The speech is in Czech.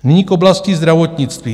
Nyní k oblasti zdravotnictví.